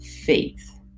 faith